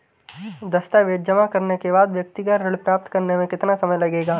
दस्तावेज़ जमा करने के बाद व्यक्तिगत ऋण प्राप्त करने में कितना समय लगेगा?